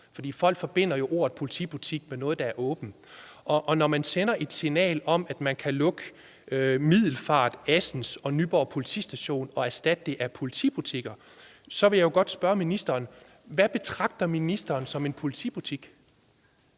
Folk forbinder jo ordet politibutik med noget, der er åbent. Og når man sender et signal om, at man kan lukke Middelfart, Assens og Nyborg politistationer og erstatte dem med politibutikker, så vil jeg jo godt spørge ministeren: Hvad betragter ministeren som en politibutik?